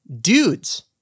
Dudes